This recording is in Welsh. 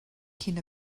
cyn